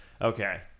Okay